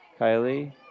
Kylie